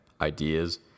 ideas